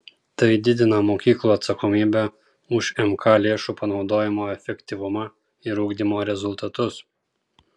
tai didina mokyklų atsakomybę už mk lėšų panaudojimo efektyvumą ir ugdymo rezultatus